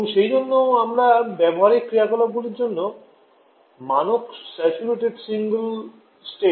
এবং সেইজন্য আমরা ব্যবহারিক ক্রিয়াকলাপগুলির জন্য মানক স্যাচুরেটেড সিঙ্গল স্টেজ চক্রটি ব্যবহার করি